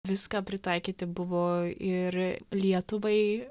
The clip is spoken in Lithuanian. viską pritaikyti buvo ir lietuvai